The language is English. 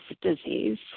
disease